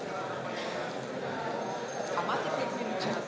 Hvala